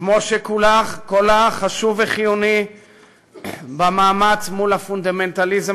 כמו שקולה חשוב וחיוני במאמץ מול הפונדמנטליזם